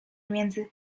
między